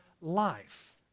life